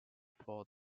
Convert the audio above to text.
for